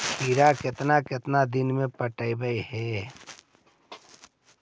खिरा केतना केतना दिन में पटैबए है?